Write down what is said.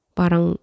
parang